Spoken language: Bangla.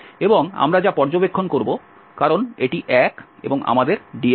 এবং আমরা যা পর্যবেক্ষণ করব কারণ এটি 1 এবং আমাদের dx dy আছে